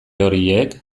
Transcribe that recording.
horiek